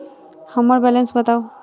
हम्मर बैलेंस बताऊ